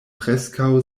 preskaŭ